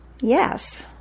Yes